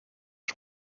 has